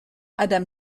adam